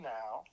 now